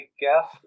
guess